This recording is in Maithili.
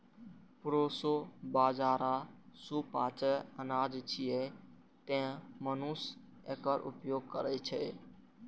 प्रोसो बाजारा सुपाच्य अनाज छियै, तें मनुष्य एकर उपभोग करै छै